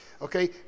okay